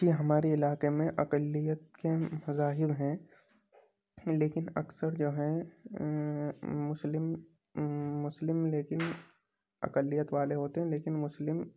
جی ہمارے علاقے میں اقلیت کے مذاہب ہیں لیکن اکثر جو ہیں مسلم مسلم لیکن اقلیت والے ہوتے ہیں لیکن مسلم